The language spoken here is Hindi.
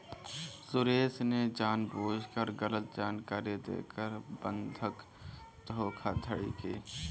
सुरेश ने जानबूझकर गलत जानकारी देकर बंधक धोखाधड़ी की